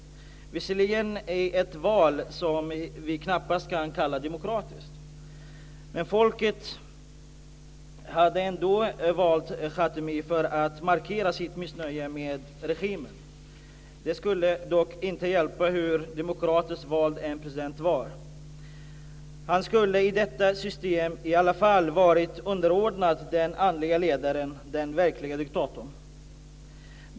Det var visserligen i ett val som vi knappast kan kalla demokratiskt, men folket hade ändå valt Khatami för att markera sitt missnöje med regimen. Det skulle dock inte hjälpa hur demokratiskt vald en president än var. Han skulle i detta system i alla fall ha varit underordnad den andlige ledaren, den verklige diktatorn.